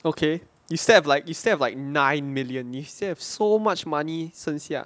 okay you still have like you still have like nine million you still have so much money 剩下